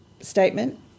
statement